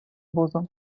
вузол